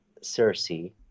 Cersei